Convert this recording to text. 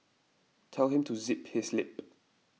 tell him to zip his lip